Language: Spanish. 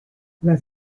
las